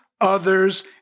others